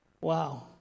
Wow